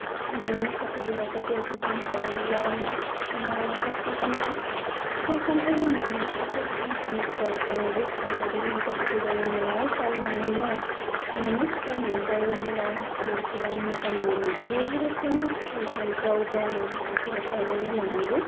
न'नि साखाथि फाखाथियाव बिफां थायोब्ला आरो माखासे जोङो फिथाय सामथायबो मोनो माखासे बिफांफोरनिफ्राय जोङो बे फिथाय समाथायफोरखौ जाहाथे जोंनि न'आव गायनानैनो न'नि फिथाय मोनजायोब्ला जों बिसिबां मोजां मोनो बे रोखोमनि थाखायनो जों गाव गावनि बिफांखौबो गायनानै लानांगौ